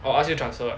orh ask you transfer ah